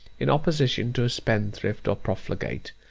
in opposition to a spendthrift or profligate.